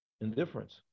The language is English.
Indifference